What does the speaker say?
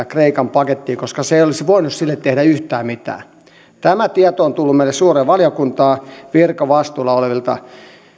kreikan pakettia koska se ei olisi voinut sille tehdä yhtään mitään tämä tieto on tullut meille suureen valiokuntaan virkavastuulla olevilta